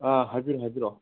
ꯑꯥ ꯍꯥꯏꯕꯤꯔꯛꯑꯣ ꯍꯥꯏꯕꯤꯔꯛꯑꯣ